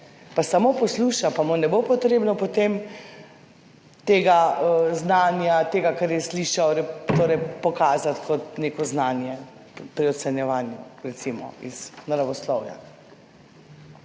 pa samo posluša, pa mu ne bo potrebno potem tega znanja, tega, kar je slišal, pokazati kot neko znanje pri ocenjevanju, recimo, iz naravoslovja.